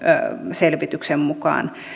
selvityksen mukaan